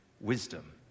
wisdom